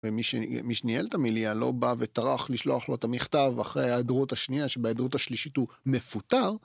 ומי שניהל את המיליה לא בא וטרח לשלוח לו את המכתב אחרי ההיעדרות השנייה שבהיעדרות השלישית הוא מפוטר.